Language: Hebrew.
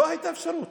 לא הייתה אפשרות.